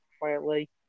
quietly